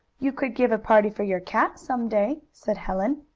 you could give a party for your cat, some day, said helen.